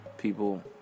people